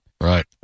Right